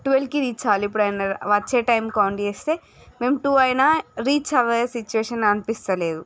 ట్వల్వ్కి reach అవ్వాలి ఎప్పుడన్నా వచ్చే టైంకి ఫోన్ చేస్తే మేము టూ అయిన మేము రీచ్ అయ్యే సిట్యుయేషన్ అనిపించలేదు